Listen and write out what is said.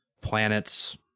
planets